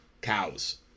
cows